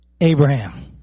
Abraham